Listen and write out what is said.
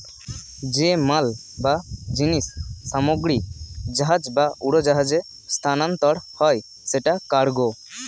যে মাল বা জিনিস সামগ্রী জাহাজ বা উড়োজাহাজে স্থানান্তর হয় সেটা কার্গো